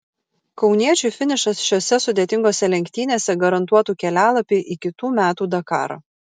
kauniečiui finišas šiose sudėtingose lenktynėse garantuotų kelialapį į kitų metų dakarą